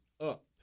up